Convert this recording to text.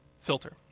filter